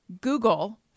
Google